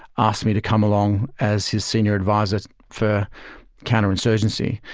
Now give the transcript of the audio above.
asked me to come along as his senior advisor for counterinsurgency.